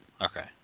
Okay